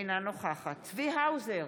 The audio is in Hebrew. אינה נוכחת צבי האוזר,